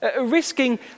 risking